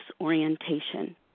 orientation